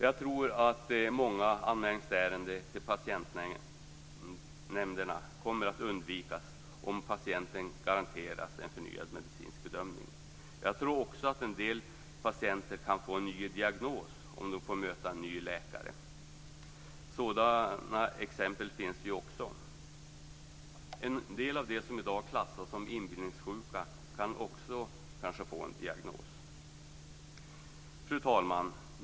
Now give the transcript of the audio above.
Vi tror att många anmälningsärenden till patientnämnderna kommer att undvikas om patienten garanteras en förnyad medicinsk bedömning. Jag tror också att en del patienter kan få en ny diagnos om de får möta en ny läkare. Sådana exempel finns. En del av dem som klassas som inbillningssjuka kanske kan få en diagnos.